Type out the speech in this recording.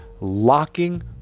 locking